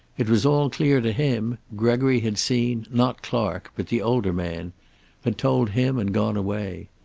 it was all clear to him gregory had seen, not clark, but the older man had told him and gone away.